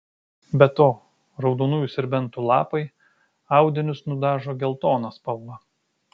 be to raudonųjų serbentų lapai audinius nudažo geltona spalva